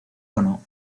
ono